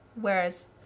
whereas